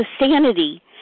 sanity